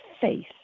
faith